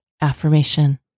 AFFIRMATION